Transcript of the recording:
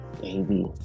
baby